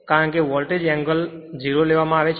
કારણ કે voltage angle તેથી 0 લેવામાં આવે છે